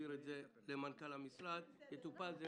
ולהעביר את זה למנכ"ל המשרד וזה יטופל.